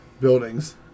buildings